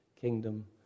kingdom